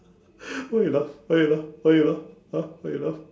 why you laugh why you laugh why you laugh ha why you laugh